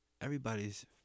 everybody's